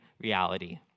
reality